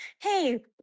hey